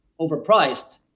overpriced